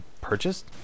purchased